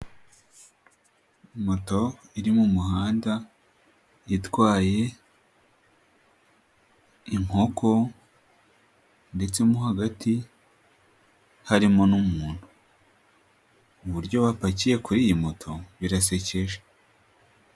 Moto iri mumuhanda, yatwaye inkoko ndetse mo hagati harimo n'umuntu. Uburyo wapakiye kuri iyi moto, birasekeje.